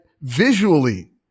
visually